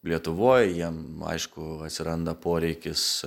lietuvoj jiem aišku atsiranda poreikis